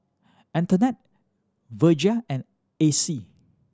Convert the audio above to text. Antonette Virgia and Acy